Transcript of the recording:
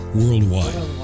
worldwide